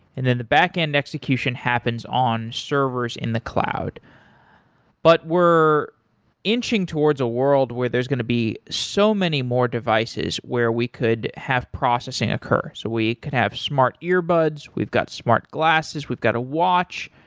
and then the backend execution happens on servers in the cloud but we're inching towards a world where there's going to be so many more devices where we could have processing occur. so we could have smart earbuds, we've got smart glasses, we've got a watch,